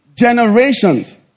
generations